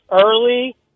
early